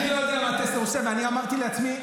אני לא יודע מה טסלר עושה ואני אמרתי לעצמי,